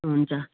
हुन्छ